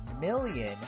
million